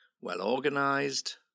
well-organized